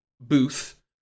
booth